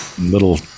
little